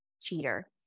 cheater